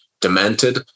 demented